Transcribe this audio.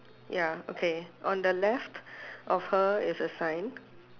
ya okay on the left of her is a sign